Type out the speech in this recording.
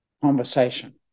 conversation